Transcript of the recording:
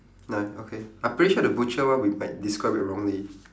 nine okay I'm pretty sure the butcher one we might describe it wrongly